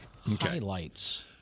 highlights